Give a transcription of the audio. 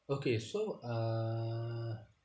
okay so uh